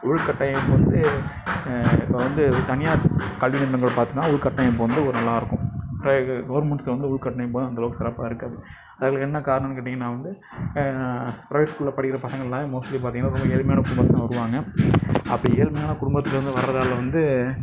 உள் கட்டமைப்பு வந்து இப்போ வந்து தனியார் கல்வி நிறுவனங்கள் பார்த்தோனா உள் கட்டமைப்பு நல்லாயிருக்கும் இப்போ கவர்மெண்ட்ல வந்து உள் கட்டமைப்பு அந்த அளவுக்கு சிறப்பாக இருக்காது அதில் என்ன காரணன்னு கேட்டீங்கன்னா வந்து பிரைவேட் ஸ்கூல்ல படிக்கிற பசங்களுக்குலாம் மோஸ்ட்லி பார்த்தீங்கன்னா ரொம்ப ஏழ்மையான குடும்பத்துலேருந்து வருவாங்க அப்போ ஏழ்மையான குடும்பத்துலேருந்து வர்றதால வந்து